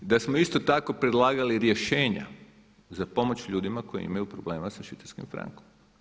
I da smo isto tako predlagali rješenja za pomoć ljudima koji imaju problema sa švicarskim frankom.